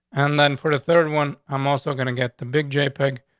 and then for the third one, i'm also going to get the big j pig.